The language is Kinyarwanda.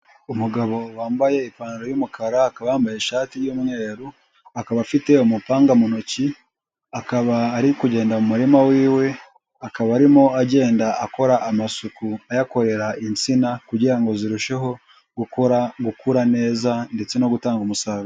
Umugabo wambaye ipantaro y'umukara akaba yambaye ishati y'umweru, akaba afite umupanga mu ntoki, akaba ari kugenda mu murima w'iwe, akaba arimo agenda akora amasuku ayakorera insina kugira ngo zirusheho gukura neza ndetse no gutanga umusaruro.